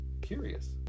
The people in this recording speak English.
curious